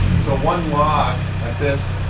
so one log like this,